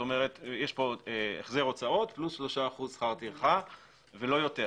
כלומר יש פה החזר הוצאות פלוס 3% שכר טרחה ולא יותר.